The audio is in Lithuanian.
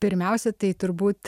pirmiausia tai turbūt